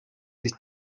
sich